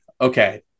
okay